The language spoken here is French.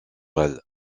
elle